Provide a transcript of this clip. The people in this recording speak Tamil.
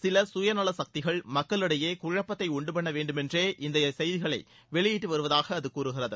சில சுயநல சக்திகள் மக்களிடையே குழப்பத்தை உண்டுபன்ன வேண்டுமென்றே இத்தகைய செய்திகளை வெளியிட்டு வருவதாக அது கூறுகிறது